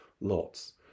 lots